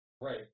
Right